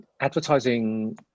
advertising